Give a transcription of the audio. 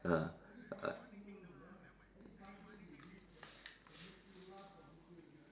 ah uh